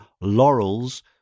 laurels